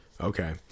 Okay